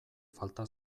falta